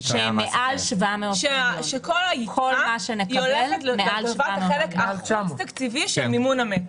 כל היתרה הולכת לטובת החלק החוץ-תקציבי של מימון המטרו.